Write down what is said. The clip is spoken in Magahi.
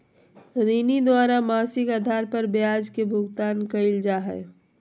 ऋणी द्वारा मासिक आधार पर ब्याज के भुगतान कइल जा हइ